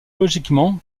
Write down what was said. logiquement